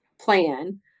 plan